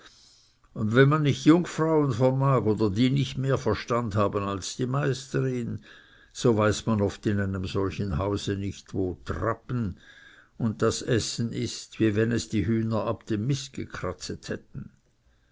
und wenn man nicht jungfrauen vermag oder die nicht mehr verstand haben als die meisterin so weiß man oft in einem solchen hause nicht wo trappen und das essen ist wie wenn es die hühner ab dem mist gekratzet hätten